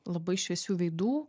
labai šviesių veidų